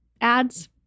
ads